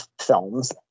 films